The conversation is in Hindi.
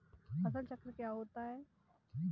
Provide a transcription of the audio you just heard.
फसल चक्र क्या होता है?